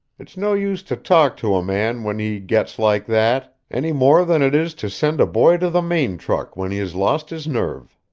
it's no use to talk to a man when he gets like that, any more than it is to send a boy to the main truck when he has lost his nerve.